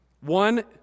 One